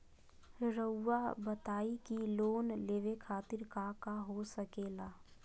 रउआ बताई की लोन लेवे खातिर काका हो सके ला?